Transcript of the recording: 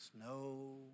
snow